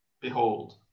behold